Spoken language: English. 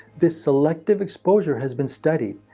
this selective exposure has been studied,